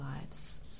lives